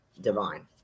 divine